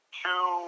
two